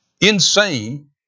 insane